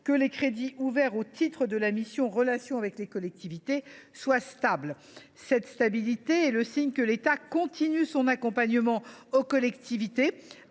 que les crédits ouverts au titre de la mission « Relations avec les collectivités territoriales » soient stables. Cette stabilité est le signe que l’État continue d’accompagner les collectivités